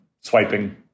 swiping